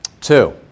Two